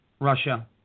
Russia